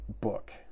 book